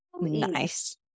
nice